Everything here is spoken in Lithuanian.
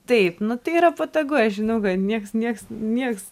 taip nu tai yra patogu aš žinau kad nieks nieks nieks